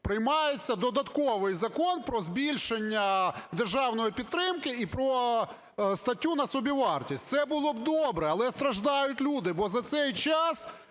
приймається додатковий закон про збільшення державної підтримки і про статтю на собівартість. Все було б добре. Але страждають люди. Бо за цей час